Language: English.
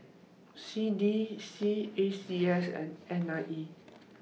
C D C A C S and N I E